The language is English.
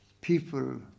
people